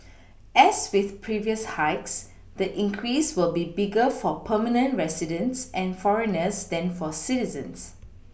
as with previous hikes the increase will be bigger for permanent residents and foreigners than for citizens